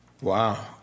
Wow